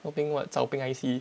what zaopeng I_C